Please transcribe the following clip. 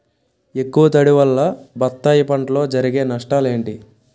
ఎక్కువ తడి వల్ల బత్తాయి పంటలో జరిగే నష్టాలేంటి?